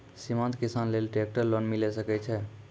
सीमांत किसान लेल ट्रेक्टर लोन मिलै सकय छै?